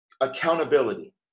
accountability